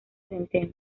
centeno